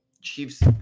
Chiefs